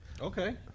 okay